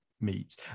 meet